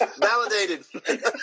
Validated